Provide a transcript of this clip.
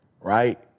right